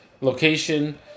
location